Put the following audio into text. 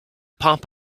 pop